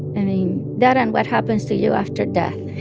and mean that and what happens to you after death